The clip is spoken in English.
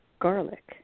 garlic